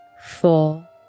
four